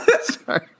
Sorry